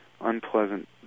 unpleasant